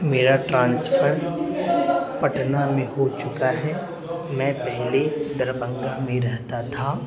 میرا ٹرانسفر پٹنہ میں ہو چکا ہے میں پہل دربنگھہ میں رہتا تھا